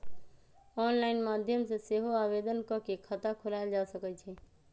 online माध्यम से सेहो आवेदन कऽ के खता खोलायल जा सकइ छइ